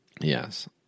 Yes